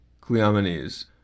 Cleomenes